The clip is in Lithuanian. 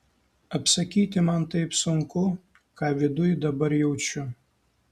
apsakyti man taip sunku ką viduj dabar jaučiu